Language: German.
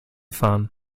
fahren